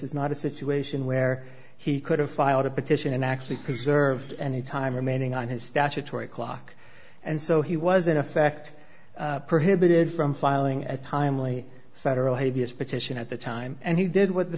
is not a situation where he could have filed a petition and actually preserved any time remaining on his statutory clock and so he was in effect prohibited from filing a timely federal habeas petition at the time and he did what the